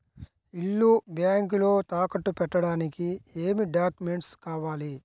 ఇల్లు బ్యాంకులో తాకట్టు పెట్టడానికి ఏమి డాక్యూమెంట్స్ కావాలి?